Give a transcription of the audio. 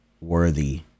worthy